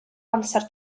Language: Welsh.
amser